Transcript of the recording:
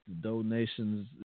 donations